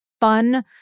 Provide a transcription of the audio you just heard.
fun